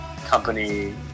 company